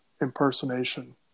impersonation